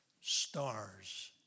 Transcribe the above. stars